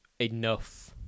enough